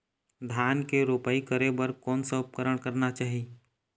धान के रोपाई करे बर कोन सा उपकरण करना चाही?